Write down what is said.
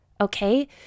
Okay